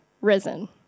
risen